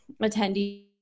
attendees